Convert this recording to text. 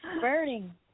burning